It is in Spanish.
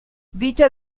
dicha